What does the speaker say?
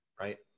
right